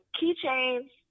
keychains